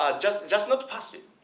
ah just just not passing.